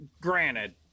granted